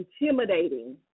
intimidating